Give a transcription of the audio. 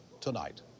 tonight